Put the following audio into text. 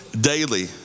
daily